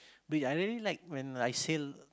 I really like when I sail